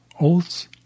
oaths